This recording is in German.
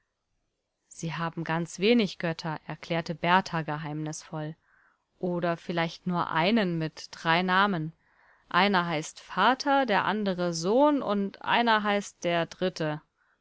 sie haben ganz wenig götter erklärte berthar geheimnisvoll oder vielleicht nur einen mit drei namen einer heißt vater der andere sohn und einer heißt der dritte